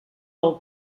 del